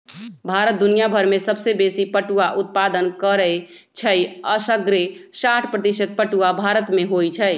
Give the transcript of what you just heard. भारत दुनियाभर में सबसे बेशी पटुआ उत्पादन करै छइ असग्रे साठ प्रतिशत पटूआ भारत में होइ छइ